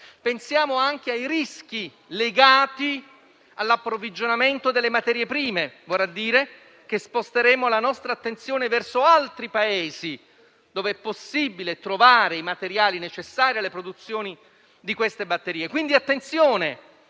e anche ai rischi legati all'approvvigionamento delle materie prime. Vorrà dire che sposteremo la nostra attenzione verso altri Paesi, dove è possibile trovare i materiali necessari alle produzioni di queste batterie. Quindi attenzione,